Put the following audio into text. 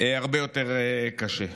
הרבה יותר קשה.